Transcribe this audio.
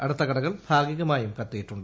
അടുത്ത കടകൾ ഭാഗിമായും കത്തിയിട്ടുണ്ട്